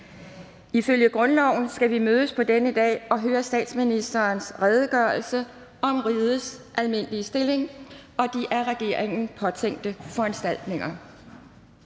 Ifølge grundloven skal vi mødes på denne dag og høre statsministerens redegørelse for rigets almindelige stilling og de af regeringen påtænkte foranstaltninger.